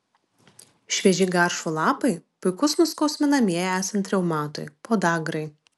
švieži garšvų lapai puikūs nuskausminamieji esant reumatui podagrai